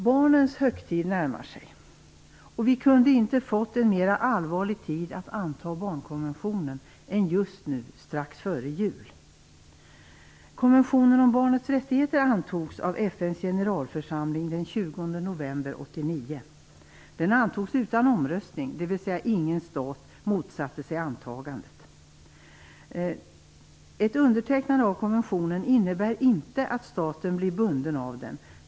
Barnens högtid närmar sig, och vi kunde inte ha fått en mera allvarlig tid att anta barnkonventionen än just nu, strax före jul. FN:s generalförsamling den 20 november 1989. Den antogs utan omröstning, dvs. ingen stat motsatte sig antagandet. Ett undertecknande av konventionen innebär inte att staten blir bunden av den.